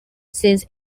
since